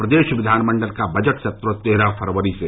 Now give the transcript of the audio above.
प्रदेश विधानमण्डल का बजट सत्र तेरह फरवरी से